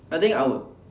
I think I would